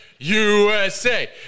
USA